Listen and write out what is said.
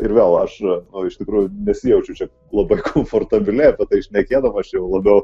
ir vėl aš nu iš tikrųjų nesijaučiu čia labai komfortabiliai apie tai šnekėdamas čia labiau